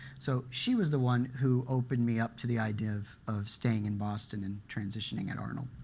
so she was the one who opened me up to the idea of of staying in boston and transitioning at arnold.